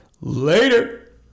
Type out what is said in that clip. later